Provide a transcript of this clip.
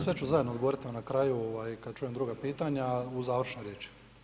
Sve ću zajedno odgovoriti, a na kraju ovaj kad čujem druga pitanja u završnoj riječi.